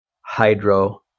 hydro